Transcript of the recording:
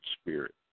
spirit